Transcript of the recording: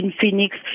Phoenix